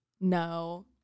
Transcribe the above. No